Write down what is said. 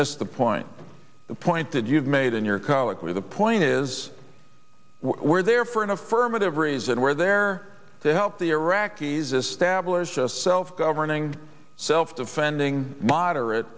missed the point the point that you've made in your colloquy the point is we're there for an affirmative reason we're there to help the iraqis establish a self governing self defending moderate